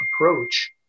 approach